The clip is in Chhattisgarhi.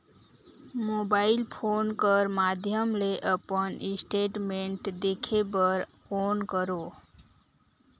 मोबाइल फोन कर माध्यम ले अपन स्टेटमेंट देखे बर कौन करों?